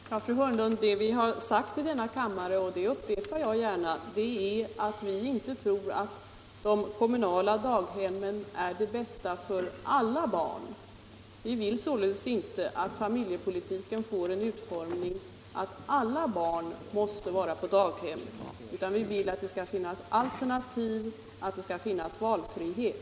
Herr talman! Ja, fru Hörnlund, det vi har sagt i denna kammare — och det upprepar jag gärna — är att vi inte tror att de kommunala daghemmen är det bästa för alla barn. Vi vill således inte att familjepolitiken får den utformningen att alla barn måste vara på daghem, utan vi vill att det skall finnas alternativ, att det skall finnas valfrihet.